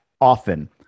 often